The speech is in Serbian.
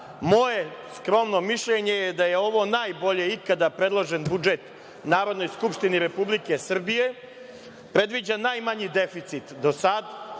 moje skromno mišljenje je, da je ovo najbolje ikada predložen budžet Narodnoj skupštini Republike Srbije, predviđa najmanji deficit do sad,